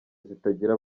zitagira